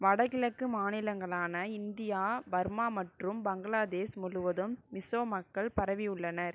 வடகிழக்கு மாநிலங்களான India Burma மற்றும் பங்களாதேஷ் முழுவதும் மிசோ மக்கள் பரவியுள்ளனர்